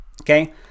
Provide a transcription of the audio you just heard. Okay